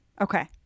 Okay